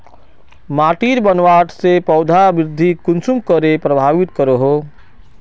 माटिर बनावट से पौधा वृद्धि कुसम करे प्रभावित करो हो?